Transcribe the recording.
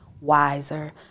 wiser